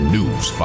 News